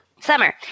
Summer